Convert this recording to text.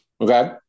Okay